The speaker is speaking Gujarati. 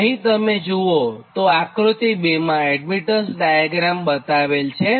જો અહીં તમે જુઓ તો આકૃતિ 2 માં એડમીટન્સ ડાયાગ્રામ બતાવેલ છે